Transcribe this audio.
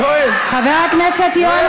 אתה יורד לרמה כזאת?